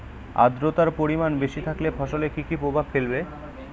আদ্রর্তার পরিমান বেশি থাকলে ফসলে কি কি প্রভাব ফেলবে?